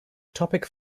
topic